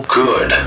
good